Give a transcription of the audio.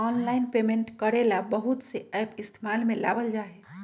online payment करे ला बहुत से एप इस्तेमाल में लावल जा हई